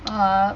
ah